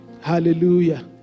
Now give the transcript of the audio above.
hallelujah